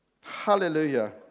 Hallelujah